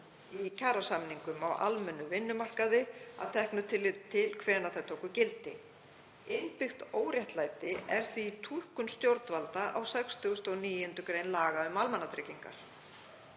í kjarasamningum á almennum vinnumarkaði að teknu tilliti til hvenær þeir tóku gildi. Innbyggt óréttlæti er því í túlkun stjórnvalda á 69. gr. laga um almannatryggingar.